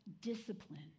discipline